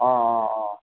অঁ অঁ অঁ